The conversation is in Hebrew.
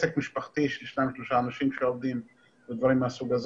הסוגיות הן סוגיות מאוד מורכבות ומעבר ליכולת